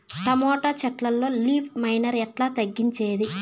Tomato చెట్లల్లో leaf miner ఎట్లా తగ్గించేది?